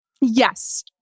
Yes